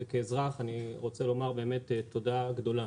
כאזרח אני רוצה לומר באמת תודה גדולה.